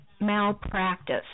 malpractice